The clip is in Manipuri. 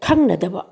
ꯈꯪꯅꯗꯕ